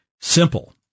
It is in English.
simple